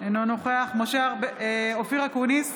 אינו נוכח אופיר אקוניס,